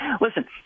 Listen